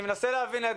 אני מנסה להבין,